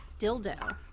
dildo